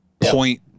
point